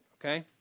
okay